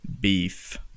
Beef